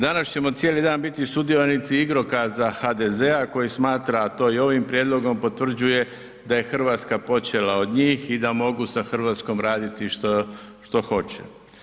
Danas ćemo cijeli dan biti sudionici igrokaza HDZ-a koji smatra, a to i ovim prijedlogom potvrđuje da je Hrvatska počela od njih i da mogu sa Hrvatskom raditi što hoće.